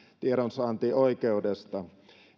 tiedonsaantioikeudesta